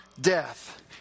death